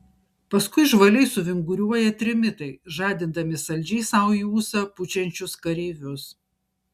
paskui žvaliai suvinguriuoja trimitai žadindami saldžiai sau į ūsą pučiančius kareivius